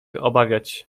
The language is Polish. obawiać